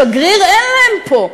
שגריר אין להם פה.